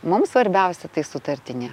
mums svarbiausia tai sutartinė